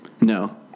No